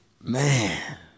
Man